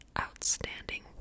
outstanding